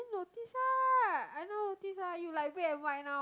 take notice ah I not notice ah you are black and white now